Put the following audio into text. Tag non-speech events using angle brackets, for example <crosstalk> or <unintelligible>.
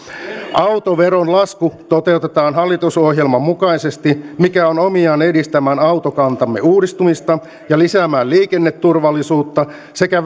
autoveron lasku toteutetaan hallitusohjelman mukaisesti mikä on omiaan edistämään autokantamme uudistumista ja lisäämään liikenneturvallisuutta sekä <unintelligible>